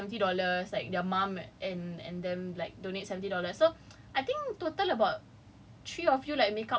ya then like some of my friends also donated like seventy dollars like their mum and them like donate seventy dollars so I think total about